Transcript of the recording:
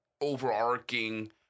overarching